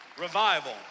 revival